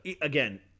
again